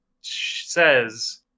says